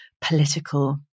political